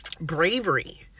bravery